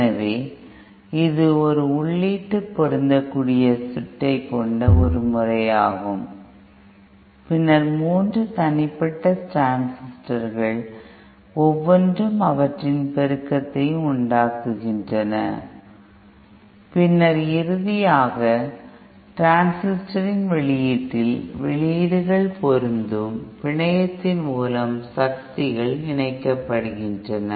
எனவே இது ஒரு உள்ளீட்டு பொருந்தக்கூடிய சுற்றை கொண்ட ஒரு முறையாகும் பின்னர் மூன்று தனிப்பட்ட டிரான்சிஸ்டர்கள் ஒவ்வொன்றும் அவற்றின் பெருக்கத்தை உருவாக்குகின்றன பின்னர் இறுதியாக டிரான்சிஸ்டர்களின் வெளியீட்டில் வெளியீடுகள் பொருந்தும் பிணையத்தின் மூலம் சக்திகள் இணைக்கப்படுகின்றன